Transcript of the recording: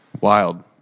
Wild